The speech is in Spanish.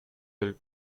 del